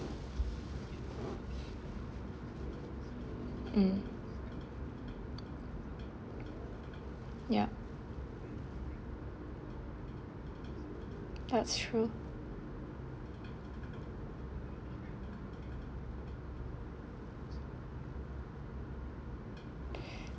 mm ya that's true